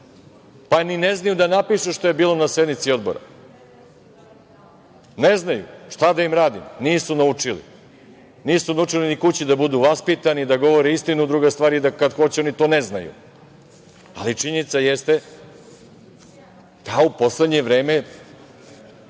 pa ni ne znaju da napišu šta je bilo na sednici odbora, ne znaju, šta da im radim, nisu naučili, nisu naučili ni kući da budu vaspitani, da govore istinu, a druga stvar je da i kad hoće, oni to ne znaju. Ali, činjenica jeste da u poslednje vreme